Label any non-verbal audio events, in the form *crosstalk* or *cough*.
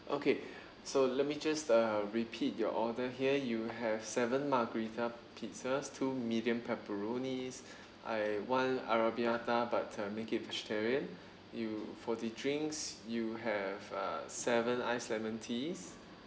okay so let me just uh repeat your order here you have seven margherita pizzas two medium pepperonis *breath* I one arrabiata but uh make it vegetarian you for the drinks you have uh seven iced lemon teas